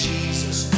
Jesus